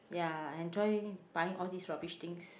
ya enjoy buying all these rubbish things